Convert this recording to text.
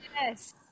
Yes